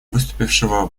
выступившего